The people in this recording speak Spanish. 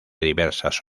diversas